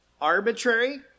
arbitrary